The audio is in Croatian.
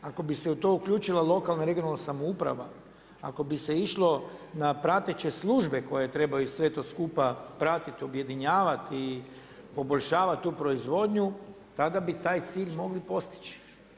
Ako bi se u to uključila lokalna i regionalna samouprava, ako bi se išlo na prateće službe koje trebaju sve to skupa pratiti, objedinjavati i poboljšavati tu proizvodnju, tada bi taj cilj mogli postići.